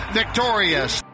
victorious